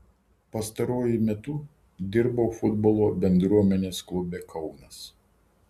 pastaruoju metu dirbau futbolo bendruomenės klube kaunas